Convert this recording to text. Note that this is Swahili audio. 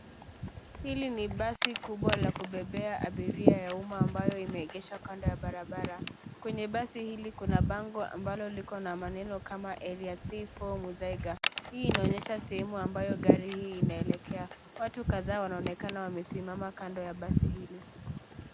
Hili ni basi kubwa la kubebea abiria ya umma ambayo imeegeshwa kando ya barabara, kwenye basi hili kuna bango ambalo likona maneno kama area three four Muthaiga, hii inaonyesha sehemu ambayo gari hii inaelekea, watu kadhaa wanaonekana wamesimama kando ya basi hili.